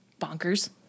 Bonkers